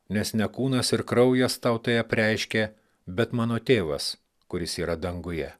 nes ne kūnas ir kraujas tau tai apreiškė bet mano tėvas kuris yra danguje